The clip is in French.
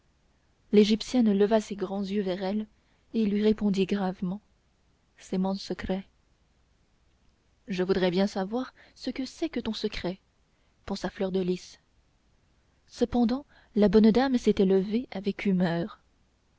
l'égyptienne leva ses grands yeux vers elle et lui répondit gravement c'est mon secret je voudrais bien savoir ce que c'est que ton secret pensa fleur de lys cependant la bonne dame s'était levée avec humeur